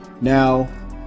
Now